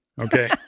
Okay